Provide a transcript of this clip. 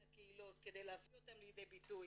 הקהילות כדי להביא אותן לידי ביטוי,